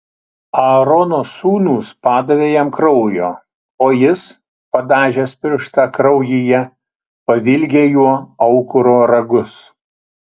aarono sūnūs padavė jam kraujo o jis padažęs pirštą kraujyje pavilgė juo aukuro ragus